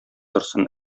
торсын